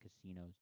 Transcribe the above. casinos